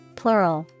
plural